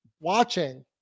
watching